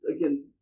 again